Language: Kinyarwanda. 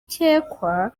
ukekwa